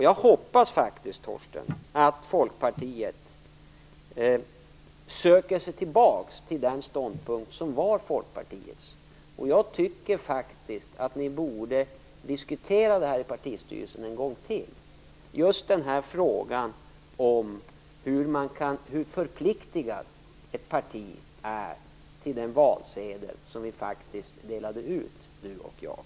Jag hoppas, Torsten Gavelin, att Folkpartiet söker sig tillbaka till den ståndpunkt som var Folkpartiets. Jag tycker att ni i partistyrelsen en gång till borde diskutera just frågan om hur förpliktat ett parti är av en valsedel som vi faktiskt delade ut, Torsten Gavelin och jag.